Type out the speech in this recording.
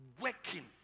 Working